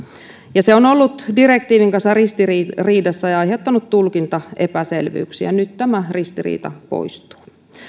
ja se on ollut direktiivin kanssa ristiriidassa ja aiheuttanut tulkintaepäselvyyksiä nyt tämä ristiriita poistuu